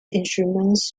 instruments